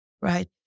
right